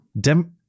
dem